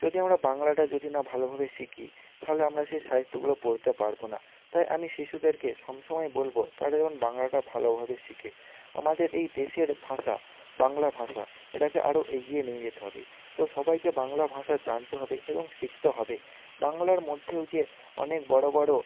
যদি আমরা বাংলাটা যদি না ভালোভাবে শিখি তাহলে আমরা সে সাহিত্যগুলো পড়তে পারব না তাই আমি শিশুদেরকে সব সময় বলব তারা যেমন বাংলাটা ভালোভাবে শেখে আমাদের এই দেশের ভাষা বাংলা ভাষা এটাকে আরও এগিয়ে নিয়ে যেতে হবে তো সবাইকে বাংলা ভাষা জানতে হবে এবং শিখতে হবে বাংলার মধ্যেও যে অনেক বড় বড়